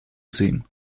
sehen